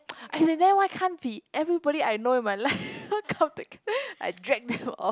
as in then why can't be everybody I know in my life all come take I drag them all